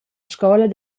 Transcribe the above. scola